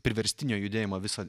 priverstinio judėjimo visą